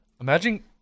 Imagine